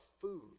food